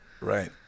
right